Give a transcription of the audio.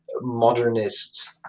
modernist